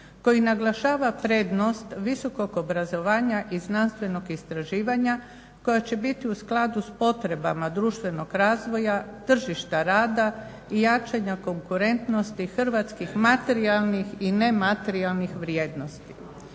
koji naglašava prednost visokog obrazovanja i znanstvenog istraživanja koja će biti u skladu sa potrebama društvenog razvoja tržišta rada i jačanja konkurentnosti hrvatskih materijalnih i nematerijalnih vrijednosti.